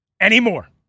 anymore